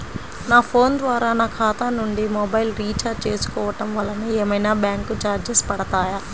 నా ఫోన్ ద్వారా నా ఖాతా నుండి మొబైల్ రీఛార్జ్ చేసుకోవటం వలన ఏమైనా బ్యాంకు చార్జెస్ పడతాయా?